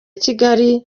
kigali